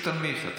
פשוט תנמיך.